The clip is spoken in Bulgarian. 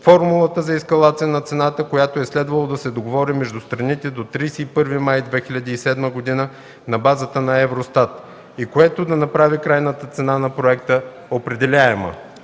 формулата за ескалация на цената, която е следвало да се договори между страните до 31 май 2007 г. на базата на ЕВРОСТАТ и което да направи крайната цена на проекта определяема.